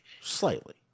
slightly